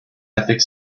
epic